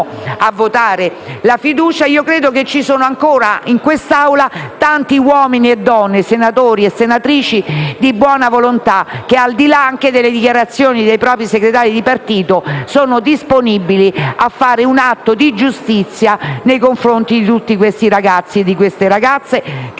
a votare la fiducia, credo che vi siano ancora in quest'Aula tanti uomini e donne, senatori e senatrici di buona volontà che, al di là delle dichiarazioni dei propri segretari di partito, sono disponibili a fare un atto di giustizia nei confronti di tutti questi ragazzi e queste ragazze che